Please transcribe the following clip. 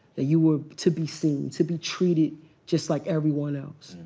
that you were to be seen, to be treated just like everyone else,